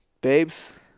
babes